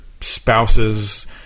spouses